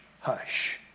hush